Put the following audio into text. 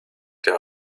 der